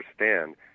understand